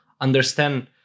understand